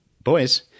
Boys